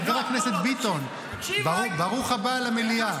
חבר הכנסת ביטון, ברוך הבא למליאה.